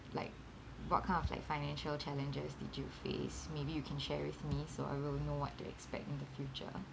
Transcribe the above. like what kind of like financial challenges did you face maybe you can share with me so I will know what to expect in the future